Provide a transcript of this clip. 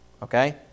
Okay